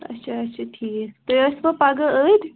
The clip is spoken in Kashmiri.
اچھا اچھا ٹھیٖک تُہۍ ٲسِوٕ پگاہ أتھۍ